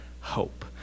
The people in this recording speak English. hope